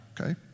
okay